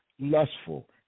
lustful